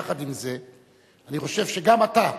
יחד עם זה, אני חושב שגם אתה,